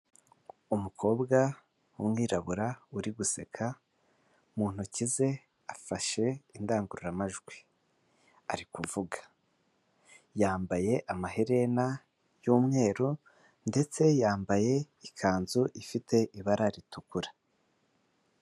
Umukobwa w'umwirabura uri guseka mu ntoki ze afashe indangururamajwi ari kuvuga, yambaye amaherena y'umweru ndetse yambaye ikanzu ifite ibara ritukura.